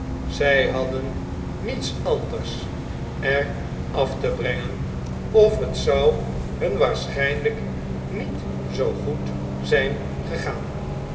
zy hadden niets anders er af te brengen of het zou hun waarschijnljjk niet zoo goed zh'n gegaan